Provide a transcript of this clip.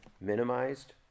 minimized